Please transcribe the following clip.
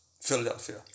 Philadelphia